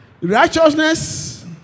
Righteousness